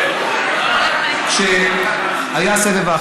אנחנו מבקשים שהוא יענה, אז למה אתה קופץ פה?